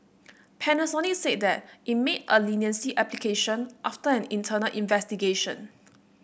Panasonic said that it made a leniency application after an internal investigation